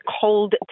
cold